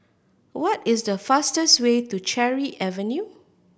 what is the fastest way to Cherry Avenue